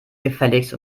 gefälligst